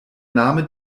name